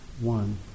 one